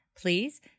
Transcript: Please